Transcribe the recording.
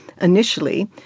initially